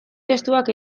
testuak